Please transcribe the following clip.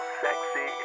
sexy